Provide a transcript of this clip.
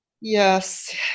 yes